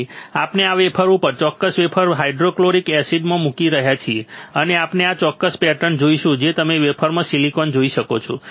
તેથી આપણે આ વેફર આ ચોક્કસ વેફર બફર હાઇડ્રોફ્લોરિક એસિડમાં મૂકી રહ્યા છીએ અને આપણે આ ચોક્કસ પેટર્ન જોઈશું જે તમે વેફરમાં સિલિકોન જોઈ શકો છો